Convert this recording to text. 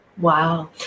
Wow